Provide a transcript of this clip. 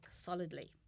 solidly